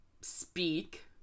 speak